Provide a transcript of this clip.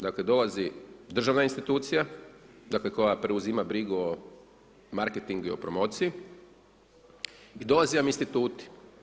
Dakle dolazi državna institucija koja preuzima brigu o marketingu i promociji i dolaze vam instituti.